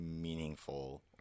meaningful